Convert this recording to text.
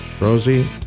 Rosie